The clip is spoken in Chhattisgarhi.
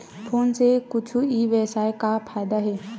फोन से कुछु ई व्यवसाय हे फ़ायदा होथे?